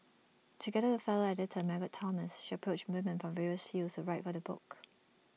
together with fellow editor Margaret Thomas she approached women from various fields to write for the book